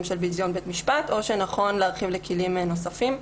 של ביזיון בית משפט או שנכון להרחיב לכלים נוספים.